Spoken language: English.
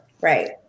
right